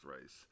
race